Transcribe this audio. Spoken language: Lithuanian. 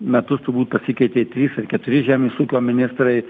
metus turbūt pasikeitė trys ar keturi žemės ūkio ministrai